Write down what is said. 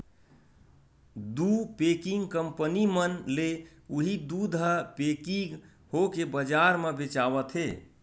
दू packing company मन ले उही दूद ह पेकिग होके बजार म बेचावत हे